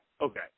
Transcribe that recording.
Okay